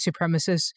supremacists